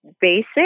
basic